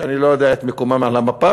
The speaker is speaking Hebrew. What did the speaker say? שאני לא יודע את מקומן על המפה,